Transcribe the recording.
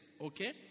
Okay